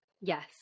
yes